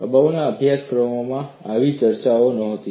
અગાઉના અભ્યાસક્રમોમાં આવી ચર્ચા નહોતી